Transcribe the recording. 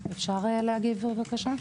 בבקשה.